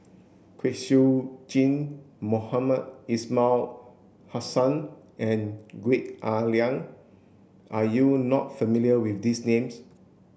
Kwek Siew Jin Mohamed Ismail Hussain and Gwee Ah Leng are you not familiar with these names